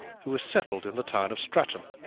who was settled in the town of stratton,